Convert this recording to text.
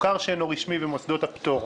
המוכר שאינו רשמי ומוסדות הפטור.